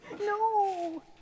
No